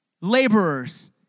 laborers